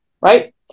right